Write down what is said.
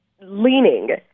leaning